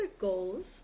goals